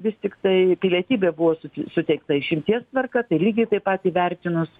vis tiktai pilietybė buvo su suteikta išimties tvarka tai lygiai taip pat įvertinus